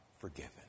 forgiven